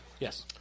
Yes